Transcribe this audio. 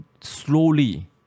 slowly